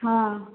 ହଁ